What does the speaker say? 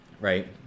right